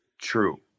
true